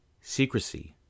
secrecy